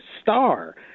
star